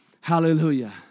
Hallelujah